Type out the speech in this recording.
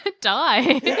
Die